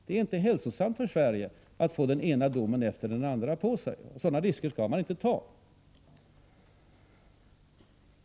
Det är inte hälsosamt för Sverige att få den ena domen efter den andra på sig. Sådana risker skall man inte ta.